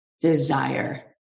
desire